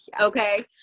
Okay